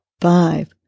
five